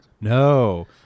No